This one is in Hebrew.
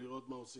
ולראות מה עושים.